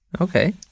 okay